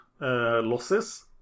losses